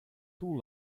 too